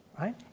right